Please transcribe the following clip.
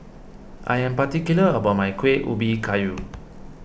I am particular about my Kueh Ubi Kayu